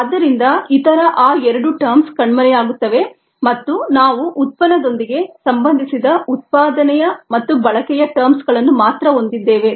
ಆದ್ದರಿಂದ ಇತರ ಆ ಎರಡು ಟರ್ಮ್ಸ್ ಕಣ್ಮರೆಯಾಗುತ್ತವೆ ಮತ್ತು ನಾವು ಉತ್ಪನ್ನದೊಂದಿಗೆ ಸಂಬಂಧಿಸಿದ ಉತ್ಪಾದನೆಯ ಮತ್ತು ಬಳಕೆಯ ಟರ್ಮ್ಸ್ ಗಳನ್ನು ಮಾತ್ರ ಹೊಂದಿದ್ದೇವೆ